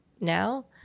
now